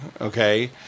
okay